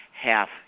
half